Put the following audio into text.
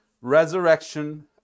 resurrection